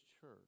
church